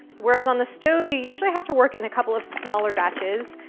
whereas on the stove, you usually have to work in a couple of smaller batches,